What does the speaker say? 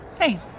Hey